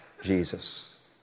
Jesus